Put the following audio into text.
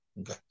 Okay